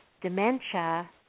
dementia